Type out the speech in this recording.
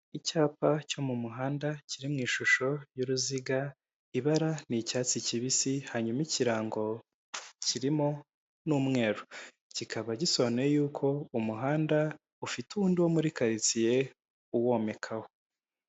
Icyapa cyo mu muhanda kiri mu ishusho y'uruziga ibara ni icyatsi kibisi hanyuma ikirango kirimo n'umweru, kikaba gisobanuye yuko umuhanda ufite undi wo muri karitsiye uwomekaho.